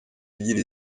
igira